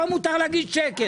פה מותר להגיד שקר.